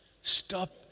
stop